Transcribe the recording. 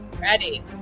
Ready